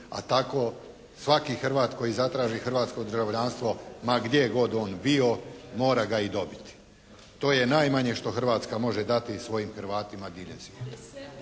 A tako svaki Hrvat koji zatraži hrvatsko državljanstvo ma gdje god on bio, mora ga i dobiti. To je najmanje što Hrvatska može dati svojim Hrvatima diljem